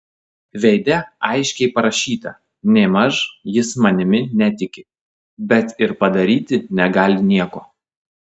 veide aiškiai parašyta nėmaž jis manimi netiki bet ir padaryti negali nieko